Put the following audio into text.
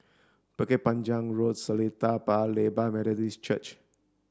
Bukit Panjang Road Seletar Paya Lebar Methodist Church